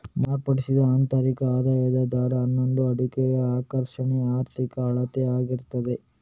ಮಾರ್ಪಡಿಸಿದ ಆಂತರಿಕ ಆದಾಯದ ದರ ಅನ್ನುದು ಹೂಡಿಕೆಯ ಆಕರ್ಷಣೆಯ ಆರ್ಥಿಕ ಅಳತೆ ಆಗಿರ್ತದೆ